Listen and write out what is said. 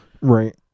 Right